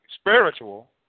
spiritual